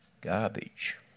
garbage